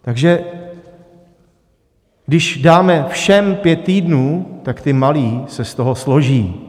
Takže když dáme všem pět týdnů, tak ti malí se z toho složí.